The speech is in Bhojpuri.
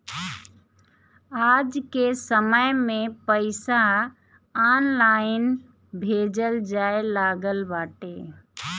आजके समय में पईसा ऑनलाइन भेजल जाए लागल बाटे